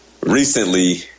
Recently